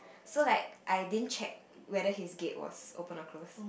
so like I didn't check whether he gave was open or close